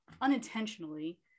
unintentionally